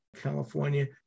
California